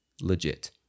legit